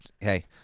Hey